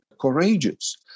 courageous